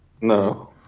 No